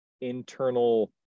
internal